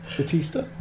Batista